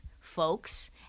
folks